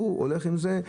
הוא הולך עם זה,